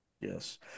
Yes